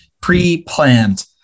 pre-planned